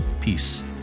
peace